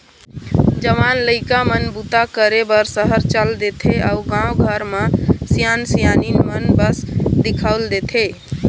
जवान लइका मन बूता करे बर सहर चल देथे अउ गाँव घर म सियान सियनहिन मन बस दिखउल देथे